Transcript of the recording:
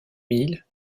mille